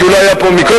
כי הוא לא היה פה קודם,